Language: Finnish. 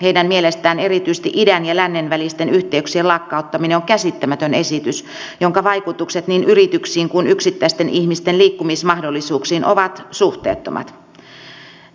heidän mielestään erityisesti idän ja lännen välisten yhteyksien lakkauttaminen on käsittämätön esitys jonka vaikutukset niin yrityksiin kuin yksittäisten ihmisten liikkumismahdollisuuksiin ovat suhteettomat